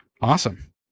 awesome